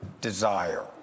desire